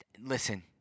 Listen